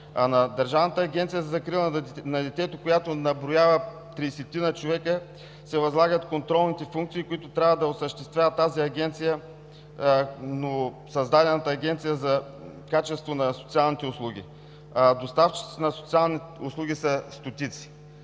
На Държавната агенция за закрила на детето, която наброява трийсетина човека, се възлагат контролните функции, които трябва да осъществява новосъздадената Агенция за качеството на социалните услуги, а доставчиците на социалните услуги са стотици.